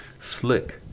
Slick